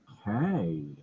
Okay